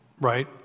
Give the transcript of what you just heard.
right